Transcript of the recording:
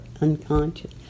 unconscious